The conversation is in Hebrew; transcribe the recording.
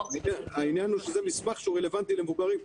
העניין הוא שזה מסמך שהוא רלוונטי למבוגרים,